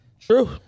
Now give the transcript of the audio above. true